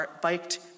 biked